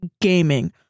gaming